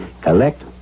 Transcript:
Collect